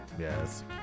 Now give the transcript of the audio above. Yes